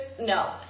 No